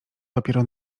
dopiero